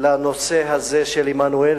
לנושא הזה של עמנואל.